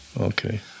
Okay